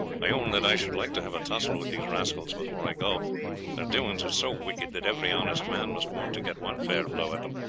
i own that i should like to have a tussle with these rascals before i go their doings are so wicked that every honest man must want to get one fair blow at them.